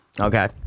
okay